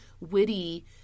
witty